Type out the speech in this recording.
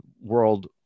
world